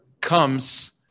comes